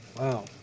Wow